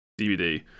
DVD